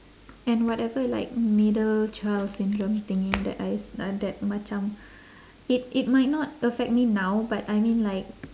and whatever like middle child syndrome thingy that I s~ uh that macam it it might not affect me now but I mean like